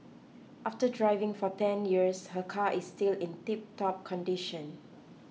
after driving for ten years her car is still in tiptop condition